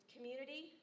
Community